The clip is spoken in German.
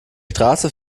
straße